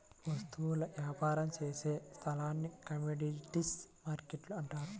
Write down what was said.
వస్తువుల వ్యాపారం చేసే స్థలాన్ని కమోడీటీస్ మార్కెట్టు అంటారు